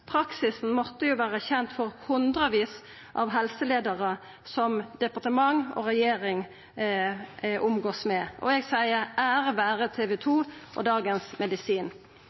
Praksisen måtte jo vera kjend for hundrevis av helseleiarar som departement og regjering omgåast med. Og eg seier: Ære vera TV 2 og Dagens Medisin!